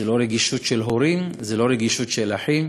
זה לא רגישות של הורים, זה לא רגישות של אחים,